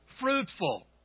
fruitful